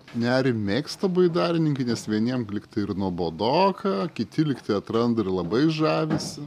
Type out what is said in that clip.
nerį mėgsta baidarininkai nes vieniem lyg tai ir nuobodoka kiti lyg tai atranda ir labai žavisi